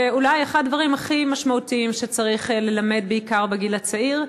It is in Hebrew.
אולי אחד הדברים הכי משמעותיים שצריך ללמד בעיקר בגיל הצעיר,